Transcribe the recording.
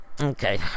okay